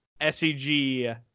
SEG